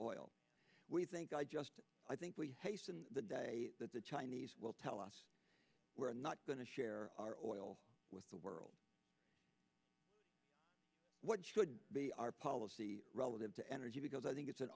oil we think i just i think we hasten the day that the chinese will tell us we're not going to share our oil with the world what should be our policy relative to energy because i think it's an